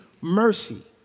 mercy